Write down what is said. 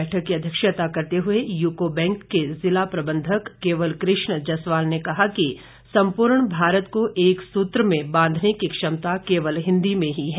बैठक की अध्यक्षता करते हुए यूको बैंक के जिला प्रबंधक केवल कृष्ण जसवाल कहा कि संपूर्ण भारत को एक सूत्र में बांधने की क्षमता केवल हिंदी में ही है